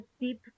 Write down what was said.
deep